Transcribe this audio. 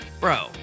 bro